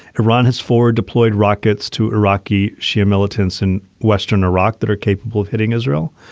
iran has forward deployed rockets to iraqi shia militants in western iraq that are capable of hitting israel.